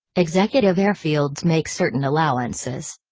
executive airfields make certain allowances.